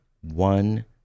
one